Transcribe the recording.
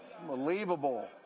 Unbelievable